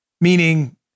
Meaning